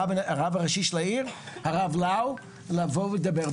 אז הרב הראשי של העיר, הרב לאו, לדבר.